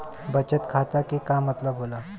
बचत खाता के का मतलब होला?